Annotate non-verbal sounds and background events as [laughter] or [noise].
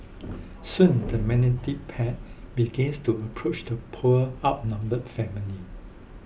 soon the [unintelligible] pack began to approach the poor outnumbered family